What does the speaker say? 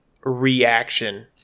reaction